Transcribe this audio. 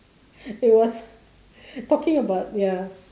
it was talking about ya